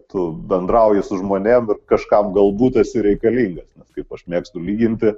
tu bendrauji su žmonėm ir kažkam galbūt esi reikalingas kaip aš mėgstu lyginti